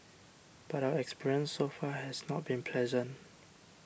but our experience so far has not been pleasant